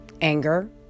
anger